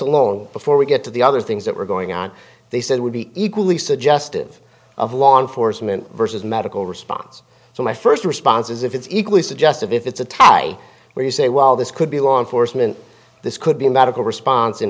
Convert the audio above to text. alone before we get to the other things that were going on they said would be equally suggestive of law enforcement versus medical response so my first response is if it's equally suggestive if it's a tie where you say well this could be law enforcement this could be a medical response